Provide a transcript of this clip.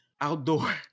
outdoor